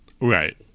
Right